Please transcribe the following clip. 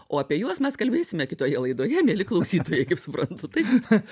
o apie juos mes kalbėsime kitoje laidoje mieli klausytojai kaip suprantu taip